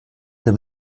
dem